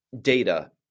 data